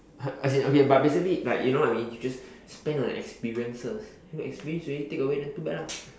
uh as in okay but basically like you know what I mean if you just spend on the experiences then you experience already then take away too bad lah